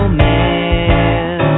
man